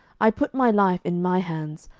i put my life in my hands,